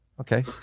Okay